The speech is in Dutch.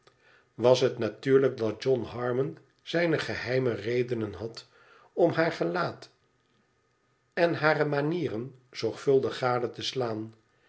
was het natuurlijk dat john harmon zijne geheime redenen had om haar gelaat en hare manieren zorgvuldig gade te slaan